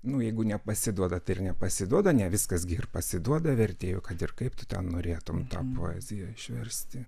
nu jeigu nepasiduoda tai ir nepasiduoda ne viskas gi ir pasiduoda vertėjui kad ir kaip tu ten norėtum tą poeziją išversti